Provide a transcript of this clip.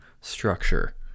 structure